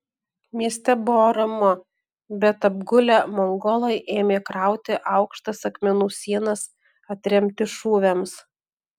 mieste buvo ramu bet apgulę mongolai ėmė krauti aukštas akmenų sienas atremti šūviams